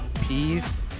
Peace